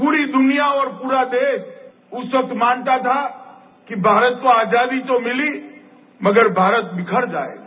पूरी दुनिया और पूरा देश उस वक्त मानता था भारत को आजादी तो मिली मगर भारत बिखर जायेगा